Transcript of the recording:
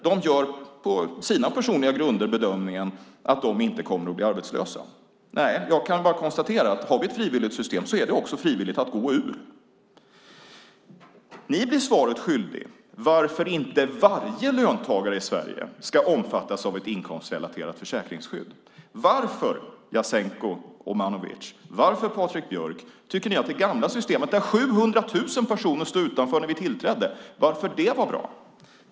De gör på sina personliga grunder bedömningen att de inte kommer att bli arbetslösa. Jag kan bara konstatera att har vi ett frivilligt system är det också frivilligt att gå ur. Ni blir svaret skyldiga varför inte varje löntagare i Sverige ska omfattas av ett inkomstrelaterat försäkringsskydd. Varför, Jasenko Omanovic, varför, Patrik Björck, tycker ni att det gamla systemet där 700 000 personer stod utanför när vi tillträdde var bra?